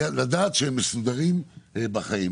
מסודרים בחיים.